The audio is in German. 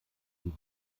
sie